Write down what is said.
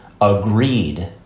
agreed